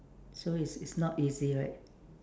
so it's it's not easy right